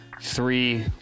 three